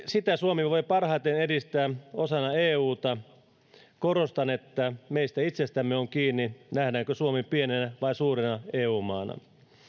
sitä suomi voi parhaiten edistää osana euta korostan että meistä itsestämme on kiinni nähdäänkö suomi pienenä vai suurena eu maana